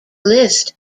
list